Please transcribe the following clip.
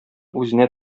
үзенә